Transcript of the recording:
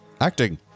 Acting